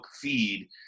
feed